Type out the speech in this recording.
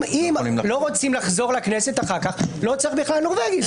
לא רוצים לחזור לכנסת אחר כך לא צריך בכלל נורבגי,